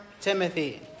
Timothy